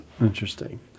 Interesting